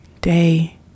day